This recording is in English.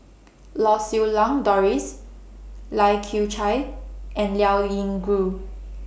Lau Siew Lang Doris Lai Kew Chai and Liao Yingru